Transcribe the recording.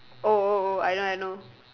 oh oh oh I know I know